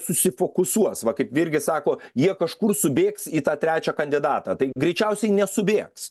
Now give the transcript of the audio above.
susifokusuos va kaip virgis sako jie kažkur subėgs į tą trečią kandidatą tai greičiausiai nesubėgs